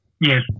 Yes